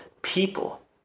people